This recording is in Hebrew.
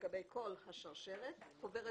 לגבי כל השרשרת, חוברת